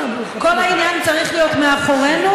כל העניין צריך להיות מאחורינו,